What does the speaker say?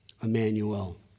Emmanuel